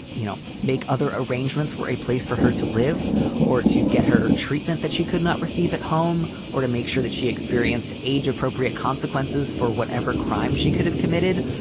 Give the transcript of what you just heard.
you know, make other arrangements were a place for her to live or to get her treatment that she could not receive at home, or to make sure that she experienced age appropriate consequences for whatever crime she could have committed.